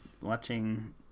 watching